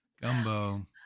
Gumbo